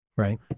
Right